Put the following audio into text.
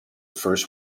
first